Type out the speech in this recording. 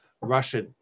Russia